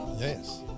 Yes